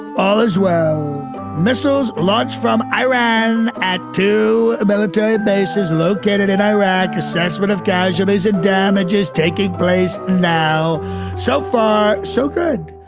all is-well missiles launched from iran at two military bases located in iraq. assessment of casualties and damage is taking place now so far, so good.